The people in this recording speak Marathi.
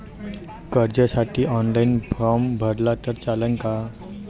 कर्जसाठी ऑनलाईन फारम भरला तर चालन का?